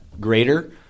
Greater